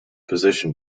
position